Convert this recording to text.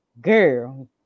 girl